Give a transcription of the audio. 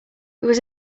there